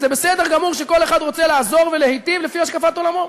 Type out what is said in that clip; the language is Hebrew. וזה בסדר גמור שכל אחד רוצה לעזור ולהיטיב לפי השקפת עולמו.